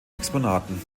exponaten